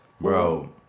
Bro